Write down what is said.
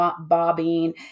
bobbing